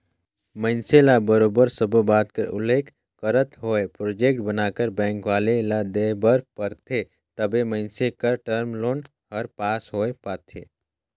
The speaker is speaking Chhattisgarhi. मइनसे ल बरोबर सब्बो बात कर उल्लेख करत होय प्रोजेक्ट बनाकर बेंक वाले ल देय बर परथे तबे मइनसे कर टर्म लोन हर पास होए पाथे